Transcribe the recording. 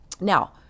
Now